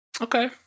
okay